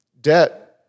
debt